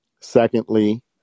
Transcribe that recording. Secondly